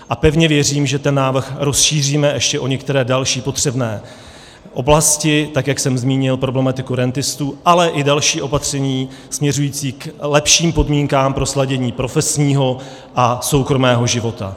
A pevně věřím, že ten návrh rozšíříme ještě o některé další potřebné oblasti, tak jak jsem zmínil problematiku rentistů, ale i další opatření směřující k lepším podmínkám pro sladění profesního a soukromého života.